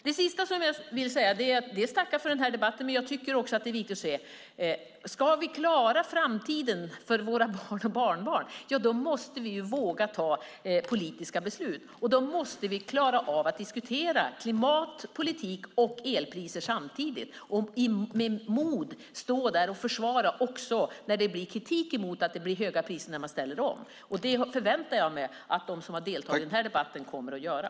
Till sist vill jag tacka för debatten. Men jag vill också säga att om vi ska klara framtiden för våra barn och barnbarn måste vi våga fatta politiska beslut. Då måste vi klara av att diskutera klimat, politik och elpriser samtidigt och med mod försvara också när det blir kritik mot att det blir höga priser när man ställer om. Och det förväntar jag att de som har deltagit i den här debatten kommer att göra.